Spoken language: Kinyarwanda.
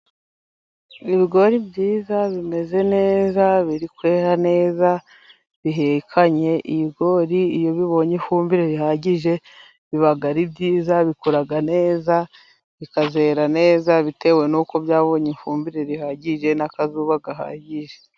Ibigori byiza bimeze neza biri kwera neza bihekanye. Ibigori iyo bibonye ifumbire rihagije biba ari ibyiza, bikura neza, bikazera neza, bitewe nuko byabonye ifumbire rihagije n'akazuba gahagije.